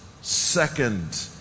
second